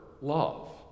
love